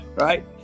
right